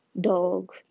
dog